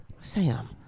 Sam